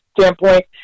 standpoint